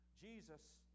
Jesus